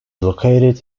located